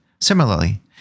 Similarly